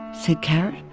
said carrot.